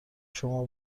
شما